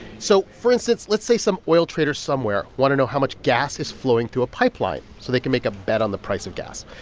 so for instance, let's say some oil traders somewhere want to know how much gas is flowing through a pipeline, so they can make a bet on the price of gas.